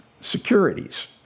securities